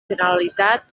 generalitat